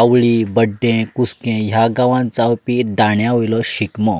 आवली बड्डें कुस्कें ह्यां गांवांत जावपी दांड्या वयलो शिगमो